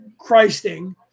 Christing